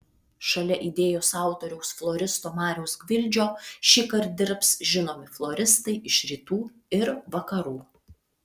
šalia idėjos autoriaus floristo mariaus gvildžio šįkart dirbs žinomi floristai iš rytų ir vakarų